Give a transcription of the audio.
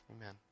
Amen